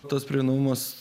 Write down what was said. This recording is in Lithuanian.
tas prieinamumas